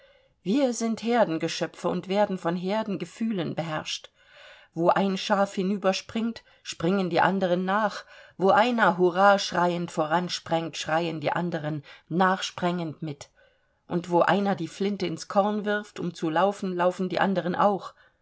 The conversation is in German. wir sind herdengeschöpfe und werden von herdengefühlen beherrscht wo ein schaf hinüberspringt springen die anderen nach wo einer hurrah schreiend voransprengt schreien die anderen nachsprengend mit und wo einer die flinte ins korn wirft um zu laufen laufen die anderen auch